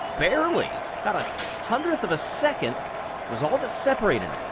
barely about a hundredth of a second was all that separated.